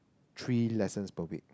three lessons per week